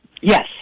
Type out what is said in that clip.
Yes